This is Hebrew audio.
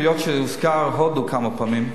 היות שהוזכרה הודו כמה פעמים.